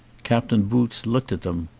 captain boots looked at them.